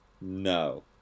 No